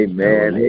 Amen